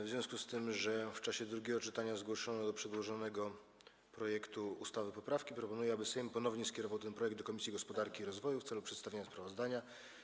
W związku z tym, że w czasie drugiego czytania zgłoszono do przedłożonego projektu ustawy poprawki, proponuję, aby Sejm ponownie skierował ten projekt do Komisji Gospodarki i Rozwoju w celu przedstawienia sprawozdania.